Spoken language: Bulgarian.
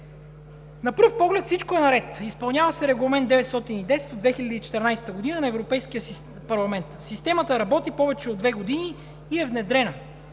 На пръв поглед всичко е наред, изпълнява се Регламент 910/2014 г. на Европейския парламент. Системата работи повече от две години и е внедрена,